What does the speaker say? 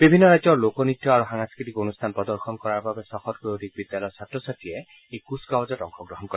বিভিন্ন ৰাজ্যৰ লোক নৃত্য আৰু সাংস্কৃতিক অনুষ্ঠান প্ৰদৰ্শন কৰাৰ বাবে ছশতকৈও অধিক বিদ্যালয়ৰ ছাত্ৰ ছাত্ৰীয়ে অংশগ্ৰহণ কৰে